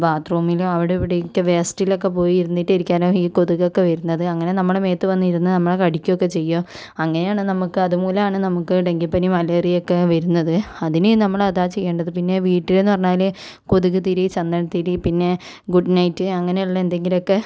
ബാത് റൂമിൽ അവിടെ ഇവിടെയൊക്കെ വേസ്റ്റിലൊക്കെ പോയി ഇരുന്നിട്ട് ഇരിക്കാൻ ഈ കൊതുകൊക്കെ വരുന്നത് അങ്ങനെ നമ്മുടെ മേത്ത് വന്നിരുന്ന് നമ്മളെ കടിക്കുകയൊക്കെ ചെയ്യും അങ്ങനെയാണ് നമുക്ക് അതുമൂലാണ് നമുക്ക് ഡെങ്കിപ്പനി മലേറിയ ഒക്കെ വരുന്നത് അതിന് നമ്മൾ അതാ ചെയ്യേണ്ടത് പിന്നെ വീട്ടിൽ എന്ന് പറഞ്ഞാൽ കൊതുകുതിരി ചന്ദനത്തിരി പിന്നെ ഗുഡ് നൈറ്റ് അങ്ങനെയുള്ള എന്തെങ്കിലുമൊക്കെ